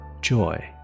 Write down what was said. joy